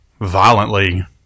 violently